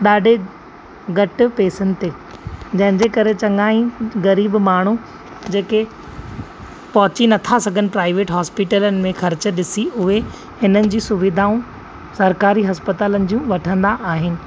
ॾाढे घटि पैसनि ते जंहिंजे करे चंङा ई ग़रीब माण्हू जेके पहुंची नथा सघनि प्राइवेट हॉस्पिटलनि में ख़र्चु ॾिसी उहे हिननि जी सुविधाऊं सरकारी हस्पतालनि जूं वठंदा आहिनि